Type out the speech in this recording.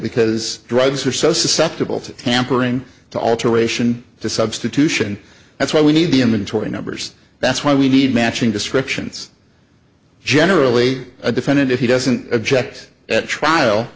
because drugs are so susceptible to tampering to alteration to substitution that's why we need the inventory numbers that's why we need matching descriptions generally a defendant if he doesn't object at trial